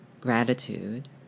gratitude